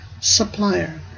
supplier